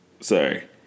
Sorry